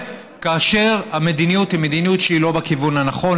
כאשר המדיניות היא מדיניות שהיא לא בכיוון הנכון.